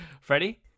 Freddie